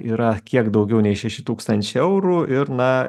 yra kiek daugiau nei šeši tūkstančiai eurų ir na